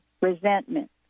resentment